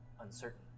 uncertain